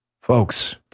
Folks